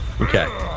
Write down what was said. okay